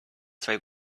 throw